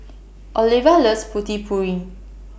Oliva loves Putu Piring